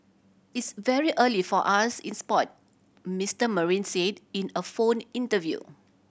it's very early for us in sport Mister Marine said in a phone interview